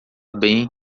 bem